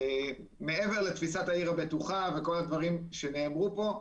מעבר לתפיסת העיר הבטוחה וכל הדברים שנאמרו כאן,